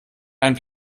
einen